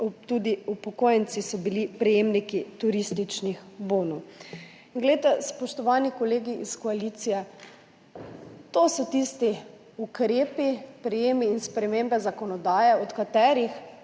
tudi upokojenci prejemniki turističnih bonov. Spoštovani kolegi iz koalicije, to so tisti ukrepi, prijemi in spremembe zakonodaje, od katerih